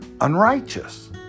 unrighteous